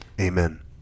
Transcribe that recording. amen